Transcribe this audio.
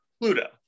Pluto